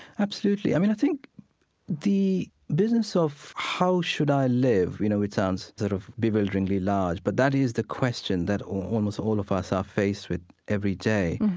absolutely. i mean, i think the business of how should i live? you know, it sounds sort of bewilderingly large, but that is the question that almost all of us are faced with every day.